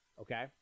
okay